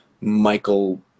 Michael